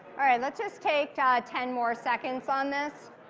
all right, let's just take ten more seconds on this.